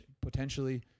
potentially